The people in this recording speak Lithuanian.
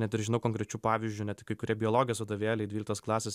net ir žinau konkrečiu pavyzdžiu net kai kurie biologijos vadovėliai dvyliktos klasės